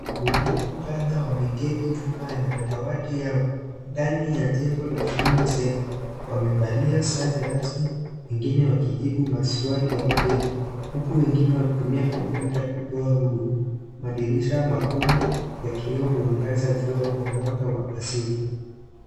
Wahudumu kadhaa wameketi nyuma ya madawati yao, ndani ya jengo la Huduma Center. Wamevalia sare rasmi, wengine wakijibu maswali ya wateja, huku wengine wakitumia kompyuta kutoa huduma. Madirisha makubwa ya kioo huangaza jua kwa mwanga wa asili.